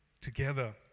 together